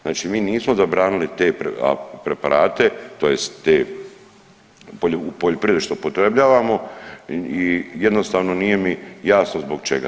Znači mi nismo zabranili te preparate, tj. te u poljoprivredi što upotrebljavamo i jednostavno nije mi jasno zbog čega.